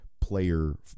player